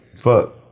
fuck